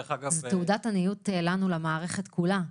זו תעודת עניות לנו, למערכת כולה.